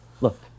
Look